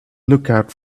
lookout